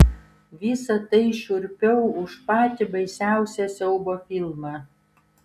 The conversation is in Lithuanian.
visa tai šiurpiau už patį baisiausią siaubo filmą